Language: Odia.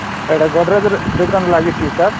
ଏଇଟା ଗଡ଼୍ରେଜରେ ଦୋକାନ ଲାଗିଛି କି ସାର୍